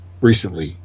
recently